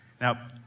Now